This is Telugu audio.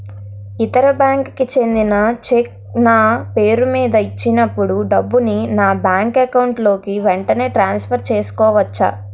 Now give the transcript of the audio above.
ఇతర బ్యాంక్ కి చెందిన చెక్ నా పేరుమీద ఇచ్చినప్పుడు డబ్బుని నా బ్యాంక్ అకౌంట్ లోక్ వెంటనే ట్రాన్సఫర్ చేసుకోవచ్చా?